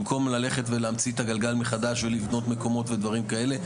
במקום ללכת ולהמציא את הגלגל מחדש ולבנות מקומות ודברים כאלה,